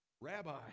Rabbi